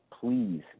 please